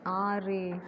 ஆறு